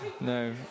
no